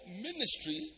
ministry